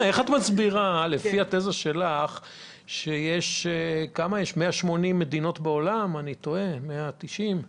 לפי התזה שלך איך את מסבירה שמתוך כ-190 מדינות בעולם לא התפתחו